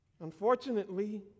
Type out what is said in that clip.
Unfortunately